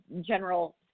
general